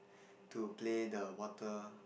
to play the water